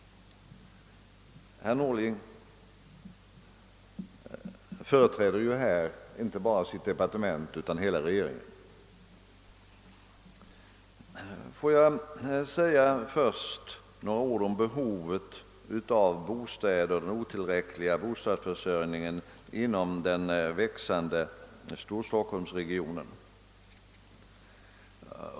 Får jag först säga några ord om behovet av bostäder och om den otillräckliga bostadsförsörjningen inom den växande Storstockholmsregionen.